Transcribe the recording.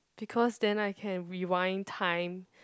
because then I can rewind time